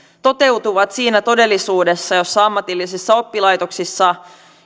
toteutuvat siinä todellisuudessa jossa ammatillisissa oppilaitoksissa